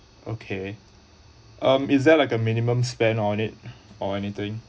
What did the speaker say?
okay um is there like a minimum spend on it or anything